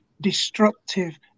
destructive